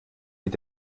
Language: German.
mit